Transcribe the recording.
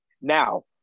Now